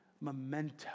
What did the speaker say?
memento